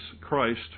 Christ